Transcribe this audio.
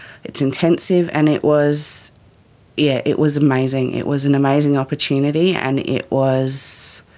it's intensive, and it was yeah it was amazing, it was an amazing opportunity and it was